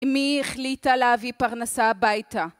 מי החליטה להביא פרנסה הביתה?